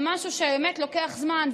הם משהו שבאמת לוקח זמן.